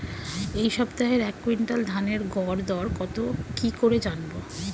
এই সপ্তাহের এক কুইন্টাল ধানের গর দর কত কি করে জানবো?